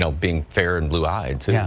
so being fair and blue eyed too. yeah